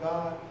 God